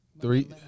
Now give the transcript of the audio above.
three